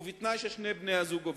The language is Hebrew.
ובתנאי ששני בני-הזוג עובדים.